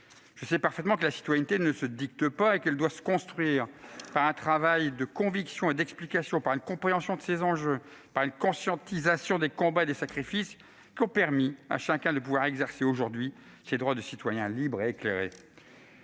Je sais parfaitement que la citoyenneté ne se dicte pas et qu'elle doit se construire par un travail de conviction et d'explication, par une compréhension de ses enjeux, par une conscientisation des combats et des sacrifices qui ont permis à chacun de pouvoir aujourd'hui exercer ses droits de citoyen libre et éclairé.